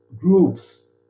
groups